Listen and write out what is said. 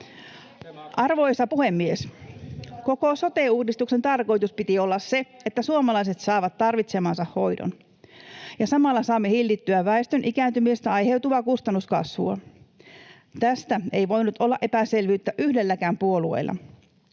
Arvoisa puhemies! Koko sote-uudistuksen tarkoitus piti olla se, että suomalaiset saavat tarvitsemansa hoidon ja samalla saamme hillittyä väestön ikääntymisestä aiheutuvaa kustannuskasvua. Tästä ei voinut olla epäselvyyttä yhdelläkään puolueella.